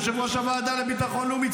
יושב-ראש הוועדה לביטחון לאומי,